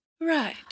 Right